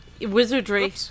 wizardry